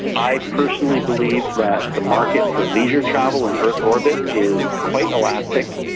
i personally believe that the market for leisure travel in earth orbit is quite elastic.